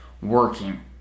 working